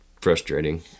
frustrating